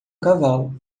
cavalo